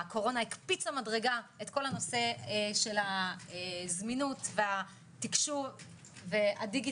הקורונה הקפיצה מדרגה את כל הנושא של הזמינות והתקשוב והדיגיטל,